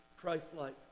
Christ-like